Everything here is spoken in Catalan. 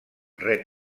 ret